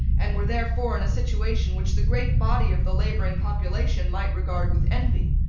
and were therefore in a situation which the great body of the labouring population might regard with envy.